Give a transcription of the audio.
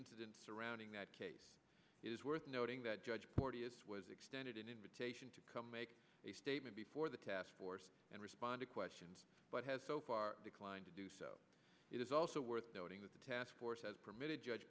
incident surrounding that case is worth noting that judge porteous was extended an invitation to come make a statement before the task force and respond to questions but has so far declined to do so it is also worth noting that the task force has permitted judge